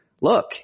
look